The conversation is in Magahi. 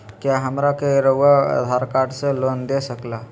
क्या हमरा के रहुआ आधार कार्ड से लोन दे सकेला?